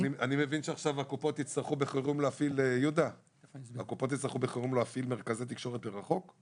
אני מבין שעכשיו הקופות יצטרכו בחירום להפעיל מרכזי תקשורת מרחוק?